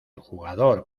jugador